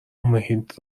محیط